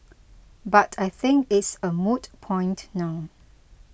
but I think it's a moot point now